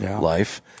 life